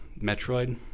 Metroid